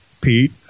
Pete